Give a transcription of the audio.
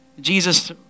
Jesus